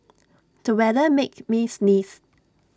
the weather made me sneeze